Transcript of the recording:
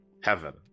heaven